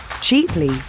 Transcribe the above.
cheaply